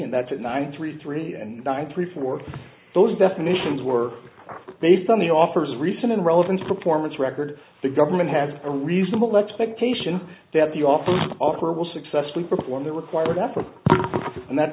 and that's it nine three three and nine three four those definitions were based on the offers recent and relevant performance record the government has a reasonable expectation that the offer offer will successfully perform the required effort and that's